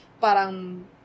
parang